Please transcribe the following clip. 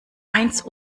eins